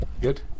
Good